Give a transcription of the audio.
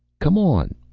come on!